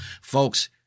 Folks